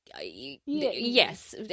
yes